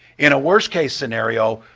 in a worst-case scenario,